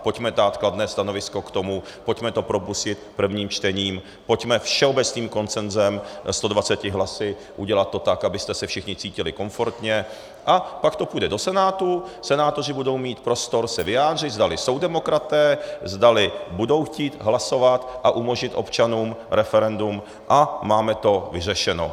Pojďme k tomu dát kladné stanovisko, pojďme to propustit v prvním čtení, pojďme všeobecným konsenzem 120 hlasy udělat to tak, abyste se všichni cítili komfortně, a pak to půjde do Senátu, senátoři budou mít prostor se vyjádřit, zdali jsou demokraté, zdali budou chtít hlasovat a umožnit občanům referendum, a máme to vyřešeno.